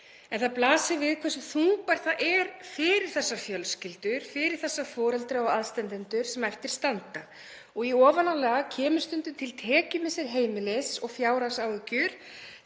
En það blasir við hversu þungbært þetta er fyrir þessar fjölskyldur, fyrir þessa foreldra og aðstandendur sem eftir standa. Í ofanálag kemur stundum tekjumissir heimilis og fjárhagsáhyggjur